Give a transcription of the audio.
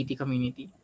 community